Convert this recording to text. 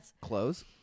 clothes